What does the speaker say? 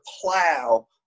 plow